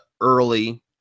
early